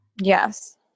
Yes